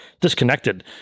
disconnected